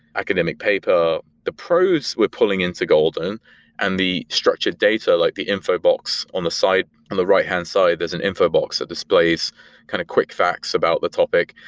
academic paper. the pros we're pulling into golden and the structured data, like the info box on the site. on the right hand side, there's an info box that displays kind of quick facts about the topic.